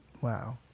Wow